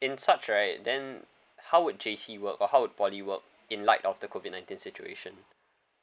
in such right then how would J_C work or how would poly work in light of the COVID nineteen situation